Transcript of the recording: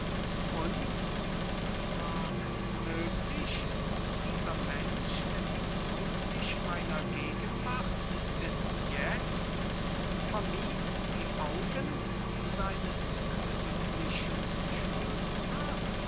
und war es möglich dieser mensch entzog sich meiner gegenwart bis jetzt vermied die augen seines königlichen schuldners